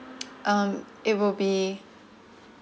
um it will be